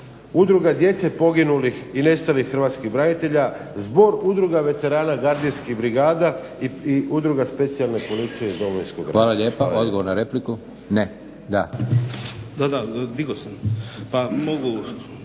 Udruga djece poginulih i nestalih hrvatskih branitelja, Zbor udruga veterana gardijskih brigada i Udruga specijalne policije iz Domovinskog rata.